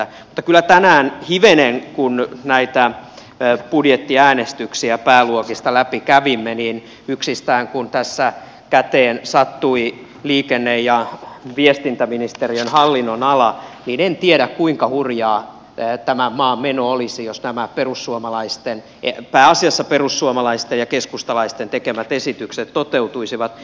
mutta kyllä tänään hivenen kun näitä budjettiäänestyksiä pääluokista läpi kävimme niin yksistään kun tässä käteen sattui liikenne ja viestintäministeriön hallinnonala mietin että en tiedä kuinka hurjaa tämän maan meno olisi jos nämä perussuomalaisten pääasiassa perussuomalaisten ja keskustalaisten tekemät esitykset toteutuisivat